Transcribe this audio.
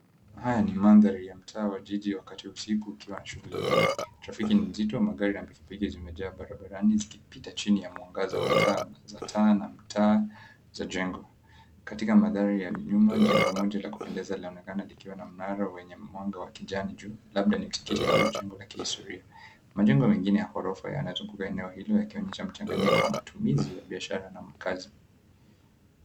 Haya ni mandhari ya mtaa wa jiji wakati wa usiku ukiwa na shughuli nyingi. Trafiki ni nzito, magari na pikipiki zimejaa barabarani, zikipita chini ya mwangaza wa taa za taa na mtaa za jengo. Katika mandhari ya nyuma, jengo moja la kupendeza linaonekana likiwa na mnara wenye mwanga wa kijani juu, labda ni tikiti au jengo la kihistoria. Majengo mengine ya ghorofa yanazunguka eneo hilo yakionyesha mchanganyiko wa matumizi ya biashara na makazi.